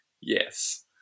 Yes